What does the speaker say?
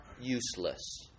useless